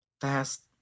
Fast